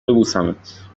ببوسمت